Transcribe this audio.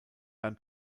beim